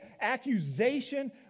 accusation